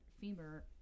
femur